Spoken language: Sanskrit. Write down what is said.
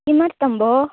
किमर्थं भोः